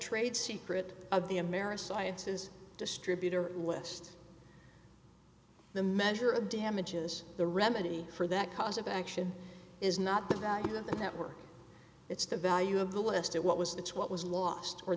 trade secret of the america sciences distributor list the measure of damages the remedy for that cause of action is not the value of the network it's the value of the list of what was the to what was lost or